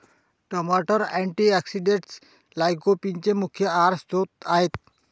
टमाटर अँटीऑक्सिडेंट्स लाइकोपीनचे मुख्य आहार स्त्रोत आहेत